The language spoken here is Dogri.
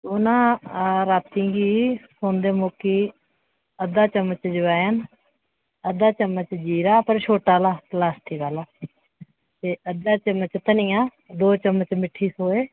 ओह् ना रातीं गी सौंदे मौके ई अद्धा चम्मच ज्वाइन अद्धा चम्मच जीरा पर छोटा आह्ला प्लॉस्टिक आह्ला ते अद्धा चम्मच धनिया दो चम्मच मिट्ठी सौंफ